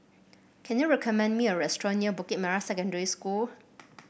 can you recommend me a restaurant near Bukit Merah Secondary School